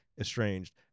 estranged